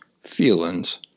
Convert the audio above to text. feelings